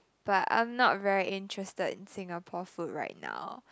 but I'm not very interested in Singapore food right now